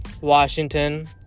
Washington